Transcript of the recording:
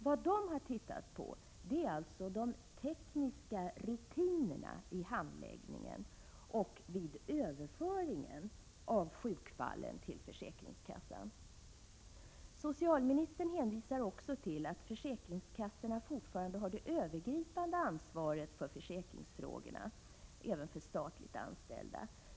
Vad de har tittat på är de tekniska rutinerna i handläggningen och vid överföringen av sjukfallen till försäkringskassan. Socialministern hänvisar också till att försäkringskassorna fortfarande har det övergripande ansvaret för försäkringsfrågorna även för statligt anställda.